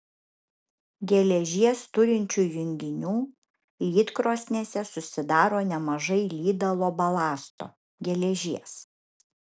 geležies turinčių junginių lydkrosnėse susidaro nemažai lydalo balasto geležies